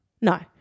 No